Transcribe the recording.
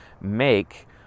make